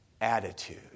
attitude